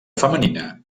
femenina